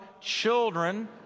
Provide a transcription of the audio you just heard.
Children